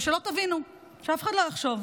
ושלא תבינו, שאף אחד לא יחשוב,